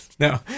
No